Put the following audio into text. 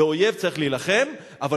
באויב צריך להילחם, אבל